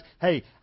hey